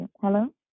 Hello